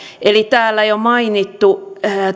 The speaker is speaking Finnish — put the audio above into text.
eli täällä jo mainittu